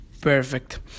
perfect